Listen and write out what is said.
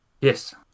Yes